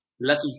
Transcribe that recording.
lucky